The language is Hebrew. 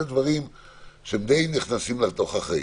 אלה דברים שהם די נכנסים לתוך החיים.